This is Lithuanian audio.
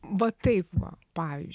va taip va pavyzdžiui